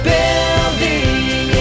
Building